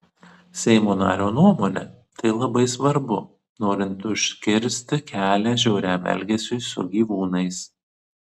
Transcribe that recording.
seimo nario nuomone tai labai svarbu norint užkirsti kelią žiauriam elgesiui su gyvūnais